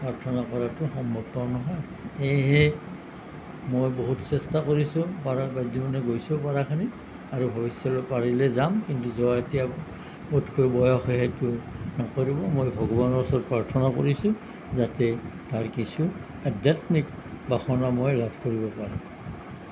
প্ৰাৰ্থনা কৰাটো সম্ভৱপৰ নহয় সেয়েহে মই বহুত চেষ্টা কৰিছোঁ পৰা পাৰ্যমানে গৈছোঁ পৰাখিনি আৰু ভৱিষ্যতেও পাৰিলে যাম কিন্তু যোৱা এতিয়া বোধকৰো বয়সে সেইটো নকৰিব মই ভগৱানৰ ওচৰত প্ৰাৰ্থনা কৰিছোঁ যাতে তাৰ কিছু আধ্যাত্মিক বাসনা মই লাভ কৰিব পাৰোঁ